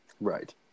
Right